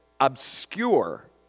obscure